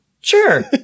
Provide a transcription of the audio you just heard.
Sure